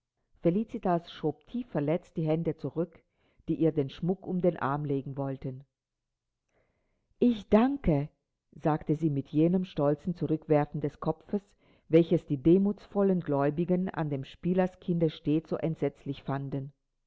felicitas schob tief verletzt die hände zurück die ihr den schmuck um den arm legen wollten ich danke sagte sie mit jenem stolzen zurückwerfen des kopfes welches die demutsvollen gläubigen an dem spielerskinde stets so entsetzlich fanden